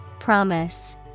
Promise